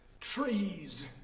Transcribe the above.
trees